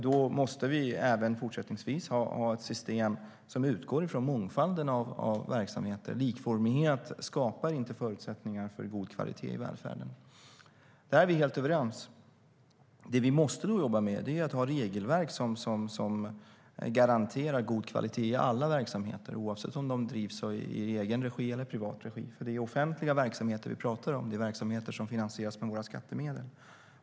Då måste vi även fortsättningsvis ha ett system som utgår från mångfalden av verksamheter. Likformighet skapar inte förutsättningar för god kvalitet i välfärden. Där är vi helt överens. Det som vi måste jobba med är att ha regelverk som garanterar god kvalitet i alla verksamheter, oavsett om de drivs i egen regi eller i privat regi. Det är nämligen offentliga verksamheter vi talar om. Det är verksamheter som finansieras med våra skattemedel.